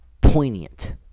poignant